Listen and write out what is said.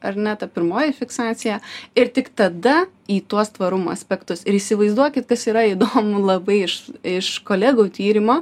ar ne ta pirmoji fiksacija ir tik tada į tuos tvarumo aspektus ir įsivaizduokit kas yra įdomu labai iš iš kolegų tyrimo